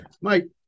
Mike